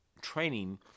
training